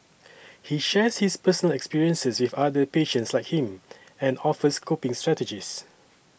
he shares his personal experiences with other patients like him and offers coping strategies